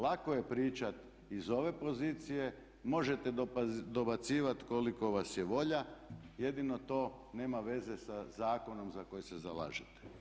Lako je pričati iz ove pozicije, možete dobacivati koliko vas je volja, jedino to nema veze sa zakonom za koji se zalažete.